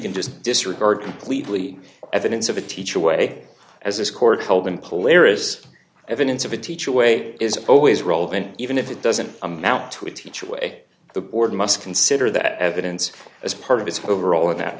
can just disregard completely evidence of a teacher way as this court held in pulling this evidence of a teacher away is always relevant even if it doesn't amount to a teacher way the board must consider that evidence as part of its overall in that